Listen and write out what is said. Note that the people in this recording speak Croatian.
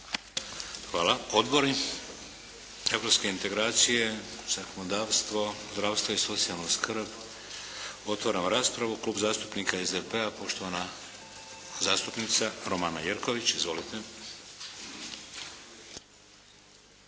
Hvala. Odbori, europske integracije, zakonodavstvo, zdravstvo i socijalna skrb. Otvaram raspravu. Klub zastupnika SDP-a, poštovana zastupnica Romana Jerković. Izvolite.